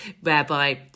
whereby